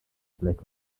blake